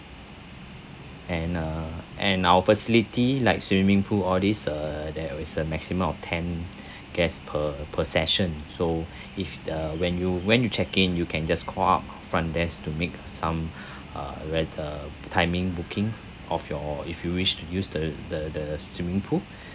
and uh and our facility like swimming pool all this err there is a maximum of ten guests per per session so if the when you when you check in you can just call up front desk to make some uh where the timing booking of your if you wish to use the the the swimming pool